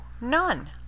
none